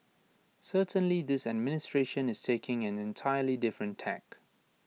certainly this administration is taking an entirely different tack